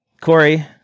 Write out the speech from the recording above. Corey